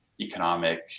economic